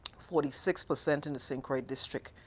forty six percent in the st. croix district.